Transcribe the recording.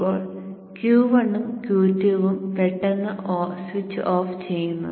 ഇപ്പോൾ Q1 ഉം Q2 ഉം പെട്ടെന്ന് സ്വിച്ച് ഓഫ് ചെയ്യുന്നു